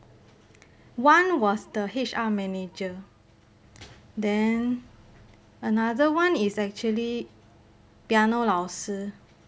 one was the H_R manager then another one is actually piano 老师